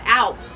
out